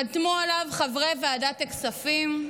חתמו עליו חברי ועדת הכספים,